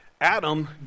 Adam